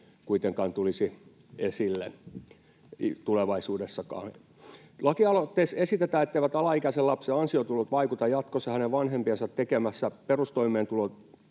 kuitenkaan tulisi esille tulevaisuudessakaan. Lakialoitteessa esitetään, etteivät alaikäisen lapsen ansiotulot vaikuta jatkossa hänen vanhempiensa tekemässä perustoimeentulohakemuksessa